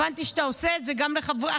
הבנתי שאתה עושה את זה גם לאחרים.